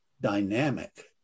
dynamic